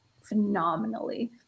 phenomenally